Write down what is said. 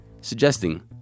suggesting